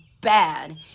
bad